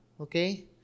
okay